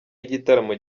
yigitaramo